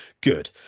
Good